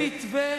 למתווה